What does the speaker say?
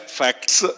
facts